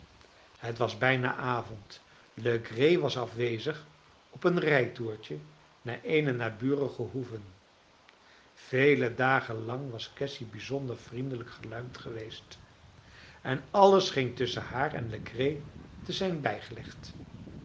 het was bijna avond legree was afwezig op een rijtoertje naar eene naburige hoeve vele dagen lang was cassy bijzonder vriendelijk geluimd geweest en alles scheen tusschen haar en legree te zijn bijgelegd